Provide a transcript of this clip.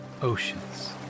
oceans